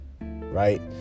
Right